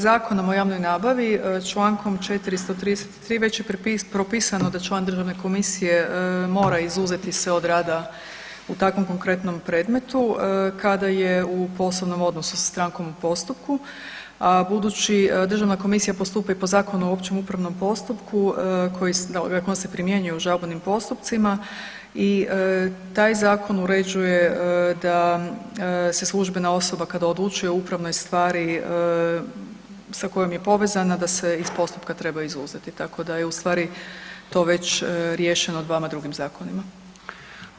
Zakonom o javnoj nabavi, čl. 433. već je propisano da član Državne komisije mora izuzeti se od rada u takvom konkretnom predmetu, kada je u poslovnom odnosu sa strankom u postupku a budući Državna komisija postupa i po Zakonu o općem upravnom postupku koji je primjenjuje u žalbenim postupcima i taj zakon uređuje da se službena osoba kada odlučuje o upravnoj stvari sa kojom je povezana, da se iz postupka treba izuzeti, tako da je ustvari to već riješeno dvama drugim zakonima.